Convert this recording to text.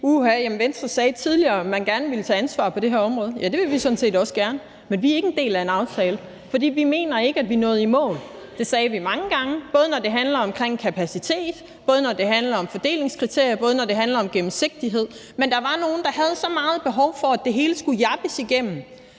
jamen Venstre sagde tidligere, at man gerne ville tage ansvar på det her område. Ja, det vil vi sådan set gerne, men vi er ikke en del af en aftale, for vi mener ikke, at vi nåede i mål – det sagde vi mange gange – både når det handler om kapacitet, om fordelingskriterier og om gennemsigtighed. Men der var nogle, der havde meget behov for, at det hele skulle jappes igennem,